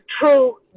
true